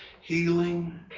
healing